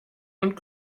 und